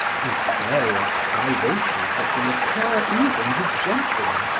and various privations that will occur even to gentlemen,